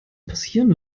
passieren